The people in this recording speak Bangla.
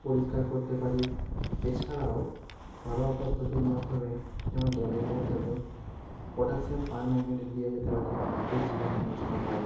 পরিষ্কার করতে পারি এছাড়াও ঘরোয়া পদ্ধতির মাধ্যমে যেমন জলের মধ্যে আমি পটাশিয়াম পারম্যাঙ্গানেট দেওয়া যেতে পারে এতে জীবাণু নষ্ট হয়